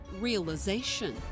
realization